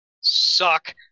Suck